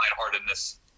lightheartedness